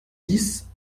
dix